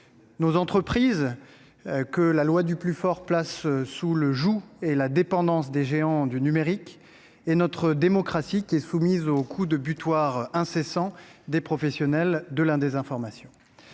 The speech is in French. Nos entreprises, que la loi du plus fort place sous le joug et la dépendance des géants du numérique, sont également concernées. Notre démocratie est soumise aux coups de boutoir incessants des professionnels de la désinformation.